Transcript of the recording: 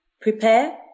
prepare